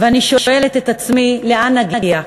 עד לפני שנה לא הייתה לי זכות לדירה מ"עמידר".